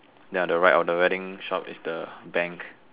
then on the right of the wedding shop is the bank